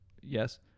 Yes